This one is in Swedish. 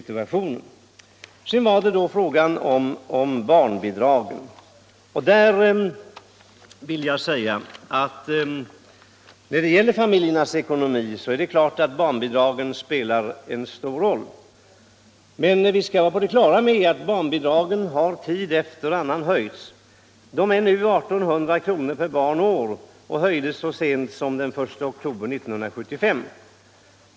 Jag kommer sedan till frågan om barnbidragen. Det är klart att barnbidragen spelar en stor roll för familjernas ekonomi. Vi skall också vara på det klara med att barnbidragen har höjts tid efter annan. De är nu uppe i 1 800 kr. per år och barn, och de höjdes så sent som den 1 oktober 1975.